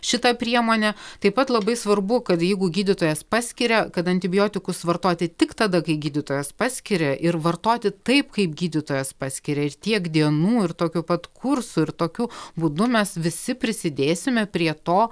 šita priemonė taip pat labai svarbu kad jeigu gydytojas paskiria kad antibiotikus vartoti tik tada kai gydytojas paskiria ir vartoti taip kaip gydytojas paskiria ir tiek dienų ir tokiu pat kursu ir tokiu būdu mes visi prisidėsime prie to